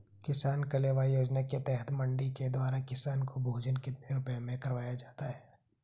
किसान कलेवा योजना के तहत मंडी के द्वारा किसान को भोजन कितने रुपए में करवाया जाता है?